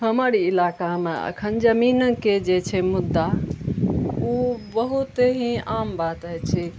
हमर इलाकामे अखन जमीनके जे छै मुद्दा ओ बहुत ही आम बात होइ छै